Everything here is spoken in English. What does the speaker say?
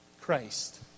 Christ